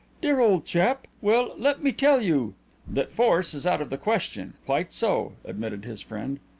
dear old chap! well, let me tell you that force is out of the question. quite so, admitted his friend.